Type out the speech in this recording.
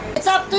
it's up to you